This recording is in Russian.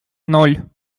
ноль